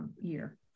year